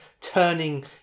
turning